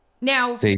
Now